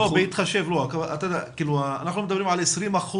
אנחנו מדברים על 20%,